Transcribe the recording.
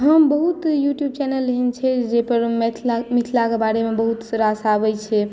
हम बहुत YouTube channel एहन छै जाहि पर मिथिला के बारे मे बहुत रास आबै छै